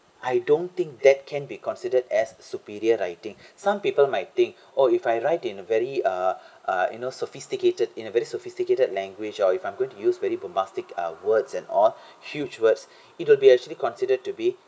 I don't think that can be considered as superior writing some people might think oh if I write in a very uh uh you know sophisticated in a very sophisticated language or if I'm going to use very bombastic ah words and all huge words it'll be actually considered to be